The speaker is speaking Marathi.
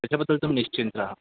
त्याच्याबद्दल तुम्ही निश्चिंत रहा